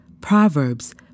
Proverbs